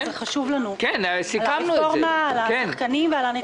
הצעת צו תעריף המכס והפטורים ומס קנייה על טובין (תיקון מס' 3),